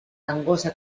gangosa